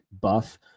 buff